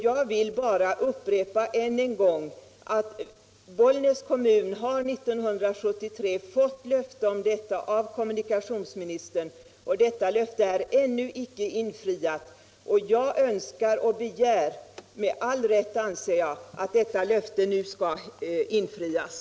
Jag upprepar än en gång, att Bollnäs kommun 1973 fick löfte om ett anslag av kommunikationsministern. Det löftet är ännu inte infriat. Jag anser att jag har all rätt att begära att löftet nu skall infrias.